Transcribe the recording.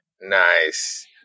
Nice